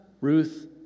Ruth